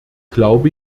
glaube